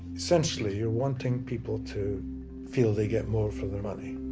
essentially you're wanting people to feel they get more for their money